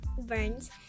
Burns